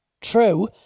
true